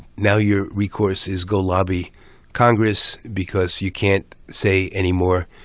now your recourse is go lobby congress because you can't say anymore